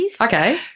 Okay